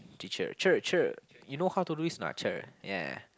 teacher cher cher you know how to do this or not cher yeah